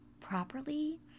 properly